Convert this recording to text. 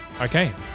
Okay